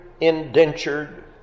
indentured